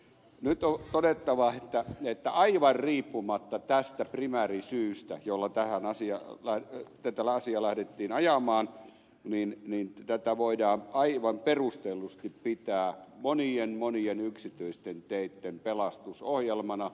nyt on todettava että aivan riippumatta tästä primäärisyystä jolla tätä asiaa lähdettiin ajamaan tätä voidaan aivan perustellusti pitää monien monien yksityisten teitten pelastusohjelmana